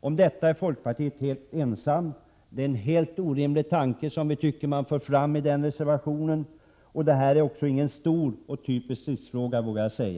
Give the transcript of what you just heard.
11. Folkpartiet är helt ensamt om detta förslag. Vi i utskottsmajoriteten tycker att det är en helt orimlig tanke som man för fram i denna reservationen. Det här är ingen stor och typisk stridsfråga, vågar jag säga.